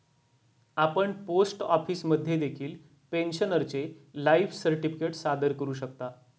आपण पोस्ट ऑफिसमध्ये देखील पेन्शनरचे लाईफ सर्टिफिकेट सादर करू शकता